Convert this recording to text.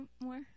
more